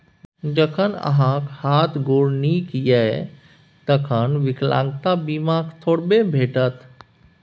जखन अहाँक हाथ गोर नीक यै तखन विकलांगता बीमा थोड़बे भेटत?